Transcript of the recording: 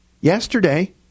yesterday